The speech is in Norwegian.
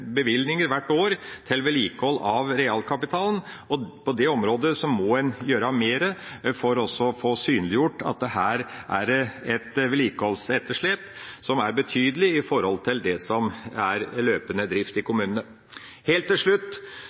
bevilgninger hvert år til vedlikehold av realkapitalen, og på det området må en gjøre mer for å få synliggjort at her er det et vedlikeholdsetterslep som er betydelig i forhold til det som er løpende drift i kommunene. Helt til slutt